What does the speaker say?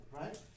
Right